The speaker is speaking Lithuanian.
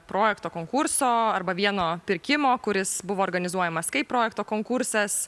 projekto konkurso arba vieno pirkimo kuris buvo organizuojamas kaip projekto konkursas